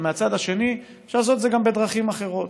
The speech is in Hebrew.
אבל מהצד השני אפשר לעשות את זה גם בדרכים אחרות.